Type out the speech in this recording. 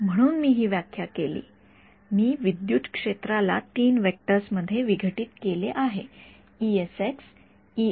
म्हणून मी व्याख्या केली मी विद्युत क्षेत्राला ३ वेक्टर्स मध्ये विघटित केले आहे हा